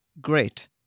Great